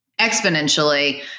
exponentially